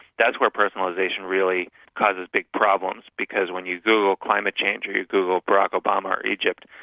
that's where personalisation really causes big problems, because when you google climate change or you google barack obama or egypt,